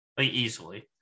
Easily